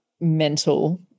mental